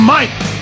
Mike